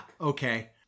Okay